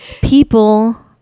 people